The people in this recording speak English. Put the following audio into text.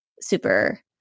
super